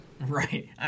Right